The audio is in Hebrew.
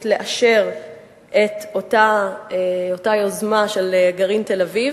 לאשר את אותה יוזמה של גרעין תל-אביב